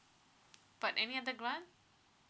but any other grant